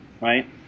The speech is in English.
right